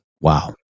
Wow